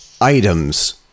items